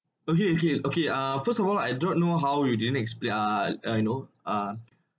okay okay okay uh first of all I don't know how you didn't expl~ ah you know ah